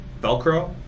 Velcro